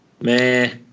Meh